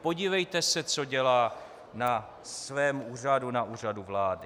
Podívejte se, co dělá na svém úřadu, na Úřadu vlády.